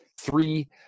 three